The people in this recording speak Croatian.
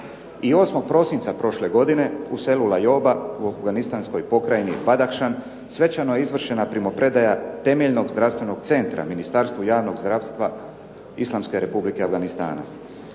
I 8. prosinca prošle godine u selu Layoba u Afganistanskoj pokrajini Badakhshan svečano je izvršena primopredaja temeljnog zdravstvenog centra Ministarstvu javnog zdravstva Islamske Republike Afganistana.